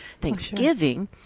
Thanksgiving